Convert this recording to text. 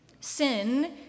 Sin